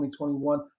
2021